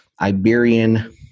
Iberian